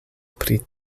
pri